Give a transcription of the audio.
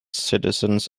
citizens